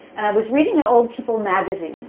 and i was reading an old people magazine.